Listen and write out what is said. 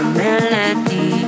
melody